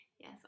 Yes